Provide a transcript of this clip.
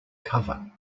cover